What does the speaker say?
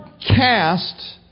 cast